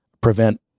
prevent